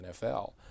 NFL